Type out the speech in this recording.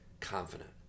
confident